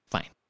Fine